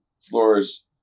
floors